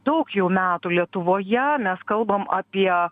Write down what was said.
daug jau metų lietuvoje mes kalbam apie